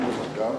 נכון.